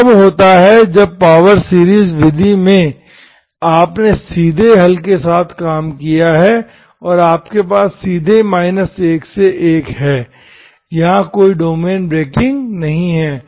वह तब होता है जब पावर सीरीज़ विधि में आपने सीधे हल के साथ काम किया और आपके पास सीधे 1 से 1 है यहां कोई डोमेन ब्रेकिंग नहीं है